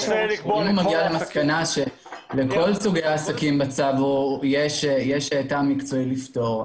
אם הוא מגיע למסקנה שלכל סוגי העסקים בצו יש טעם מקצועי לפטור,